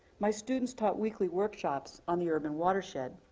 my students taught weekly workshops on the urban watershed.